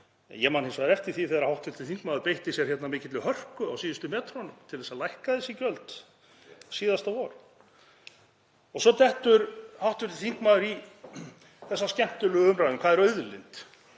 ég man hins vegar eftir því þegar hv. þingmaður beitti sér hérna af mikilli hörku á síðustu metrunum til að lækka þessi gjöld síðasta vor. Og svo dettur hv. þingmaður í þessa skemmtilegu umræðu um hvað auðlind